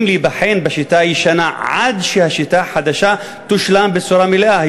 להיבחן בשיטה הישנה עד שהשיטה החדשה תושלם בצורה המלאה,